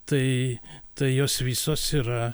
tai tai jos visos yra